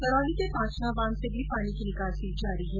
करौली के पांचना बांध से भी पानी की निकासी जारी है